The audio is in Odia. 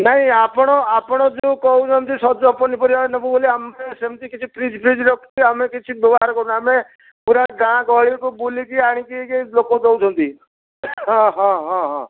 ନାଇଁ ଆପଣ ଆପଣ ଯେଉଁ କହୁଛନ୍ତି ସଜ ପନିପରିବା ନେବ ବୋଲି ଆମେ ସେମତି କିଛି ଫ୍ରିଜ୍ ଫ୍ରିଜ୍ ରଖିକି ଆମେ କିଛି ବ୍ୟବହାର କରୁନା ଆମେ ପୁରା ଗାଁ ଗହଳିକୁ ବୁଲିକି ଆଣିକି ଏହି ଲୋକ ନେଉଛନ୍ତି ହଁ ହଁ ହଁ ହଁ